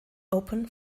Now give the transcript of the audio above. open